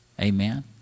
Amen